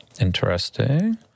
Interesting